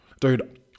Dude